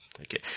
Okay